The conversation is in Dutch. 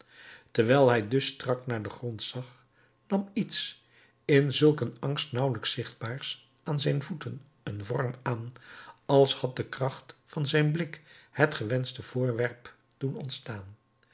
terwijl hij dus strak naar den grond zag nam iets in zulk een angst nauwelijks zichtbaars aan zijn voeten een vorm aan als had de kracht van zijn blik het gewenschte voorwerp doen ontstaan